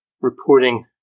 reporting